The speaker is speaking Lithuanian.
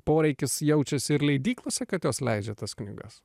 poreikis jaučiasi ir leidyklose kad jos leidžia tas knygas